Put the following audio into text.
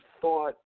thought